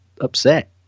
upset